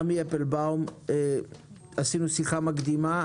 ד"ר עמי אפלבום, עשינו שיחה מקדימה.